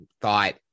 thought